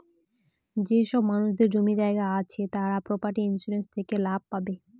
যেসব মানুষদের জমি জায়গা আছে তারা প্রপার্টি ইন্সুরেন্স থেকে লাভ পাবে